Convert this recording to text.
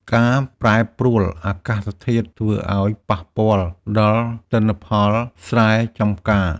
ការប្រែប្រួលអាកាសធាតុធ្វើឱ្យប៉ះពាល់ដល់ទិន្នផលស្រែចម្ការ។